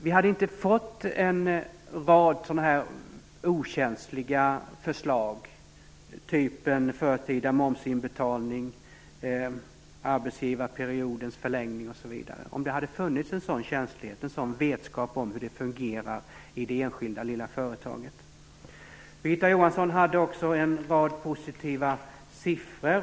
Vi hade inte fått en rad sådana här okänsliga förslag av typen förtida momsinbetalning, arbetsgivarperiodens förlängning osv. om det hade funnits en sådan känslighet och en sådan vetskap om hur det fungerar i det enskilda lilla företaget. Birgitta Johansson hade också en rad positiva siffror.